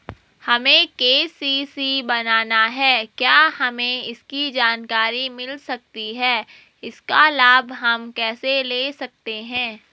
हमें के.सी.सी बनाना है क्या हमें इसकी जानकारी मिल सकती है इसका लाभ हम कैसे ले सकते हैं?